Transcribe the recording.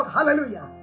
Hallelujah